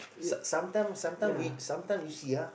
sa~ sometime sometime we sometime we see ah